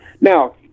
now